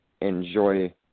enjoy